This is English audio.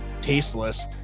tasteless